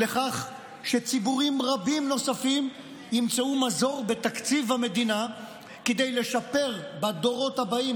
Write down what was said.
שציבורים רבים נוספים ימצאו מזור בתקציב המדינה כדי לשפר בדורות הבאים,